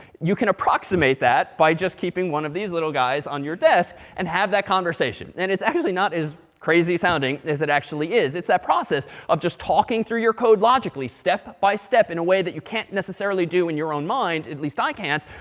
you can approximate that by just keeping one of these little guys on your desk, and have that conversation. and it's actually not as crazy sounding as it actually is. it's that process of just talking through your code logically, step by step, in a way that you can't necessarily do in your own mind. at least i can't.